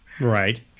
Right